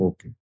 Okay